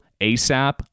ASAP